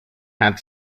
had